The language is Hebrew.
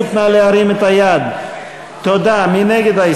מי נגד?